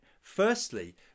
Firstly